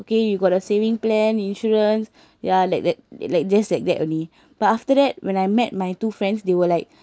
okay you got a saving plan insurance ya like that like just like that only but after that when I met my two friends they were like